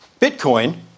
Bitcoin